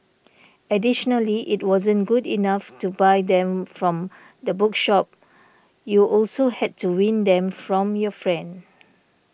additionally it wasn't good enough to buy them from the bookshop you also had to win them from your friend